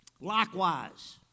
Likewise